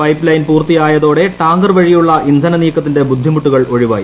pipeline പൂർത്തിയായതോടെ tanker വഴിയുള്ള ഇന്ധന നീക്കത്തിന്റെ ബുദ്ധിമുട്ടുകൾ ഒഴിവായി